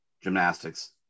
gymnastics